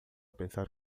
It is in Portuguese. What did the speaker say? pensar